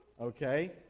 Okay